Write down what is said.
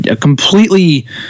completely –